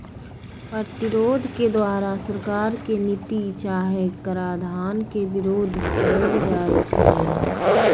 प्रतिरोध के द्वारा सरकार के नीति चाहे कराधान के विरोध कएल जाइ छइ